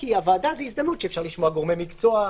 כי בוועדה יש הזדמנות לשמוע גורמי מקצוע,